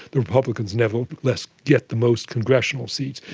the republicans nevertheless get the most congressional seats.